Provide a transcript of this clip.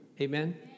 amen